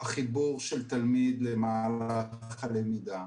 החיבור של תלמיד למהלך הלמידה,